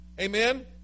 Amen